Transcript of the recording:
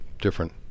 different